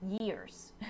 years